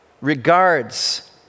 regards